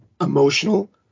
Emotional